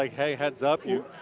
like hey, heads up, you